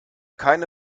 keine